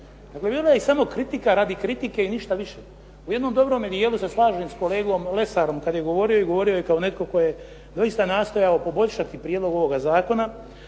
Dakle, bilo je samo kritika radi kritike i ništa više. U jednom dobrome dijelu se slažem s kolegom Lesarom kad je govorio i govorio je kao netko tko je doista nastojao poboljšati prijedlog ovoga zakona,